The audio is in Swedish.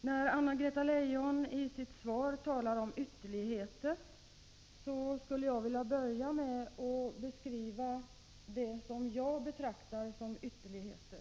När Anna-Greta Leijon i sitt svar talar om ”ytterligheter” skulle jag först vilja beskriva det som jag betraktar som ytterligheter.